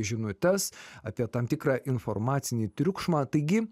žinutes apie tam tikrą informacinį triukšmą taigi